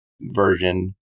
Version